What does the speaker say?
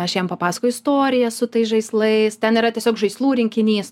aš jiem papasakoju istoriją su tais žaislais ten yra tiesiog žaislų rinkinys